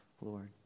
Lord